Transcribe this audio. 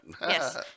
Yes